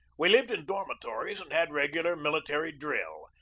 we lived in dormitories and had regular military drill.